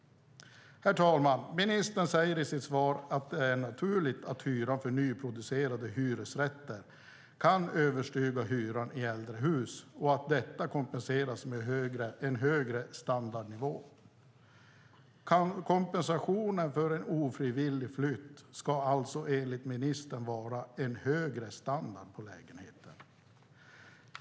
Herr talman! Ministern säger i sitt svar att det är naturligt att hyran för nyproducerade hyresrätter kan överstiga hyran i äldre hus och att detta kompenseras med en högre standardnivå. Kompensationen för en ofrivillig flytt ska alltså enligt ministern vara en högre standard på lägenheten!